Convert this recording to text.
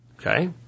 Okay